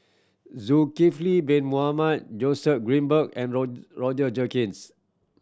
Zulkifli Bin Mohamed Joseph Grimberg and Roger Jenkins